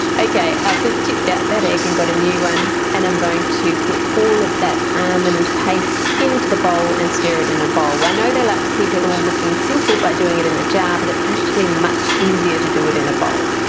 okay i've just tipped out that egg and got a new one and i'm going to put all of that almond paste into the bowl and stir it in a bowl. i know they like to keep it all looking simple by doing it in the jar but it's actually much easier to do it in a bowl.